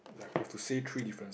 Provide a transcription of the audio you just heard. like we have to say three difference